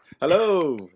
Hello